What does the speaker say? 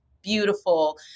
beautiful